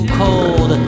cold